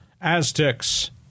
Aztecs